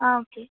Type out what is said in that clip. ஆ okay